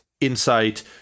insight